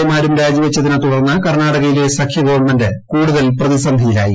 എമാരും രാജി വച്ചതിനെ തുടർന്ന് കർണാടകയിലെ സഖ്യ ഗവൺമെന്റ് കൂടുതൽ പ്രതിസന്ധിയായി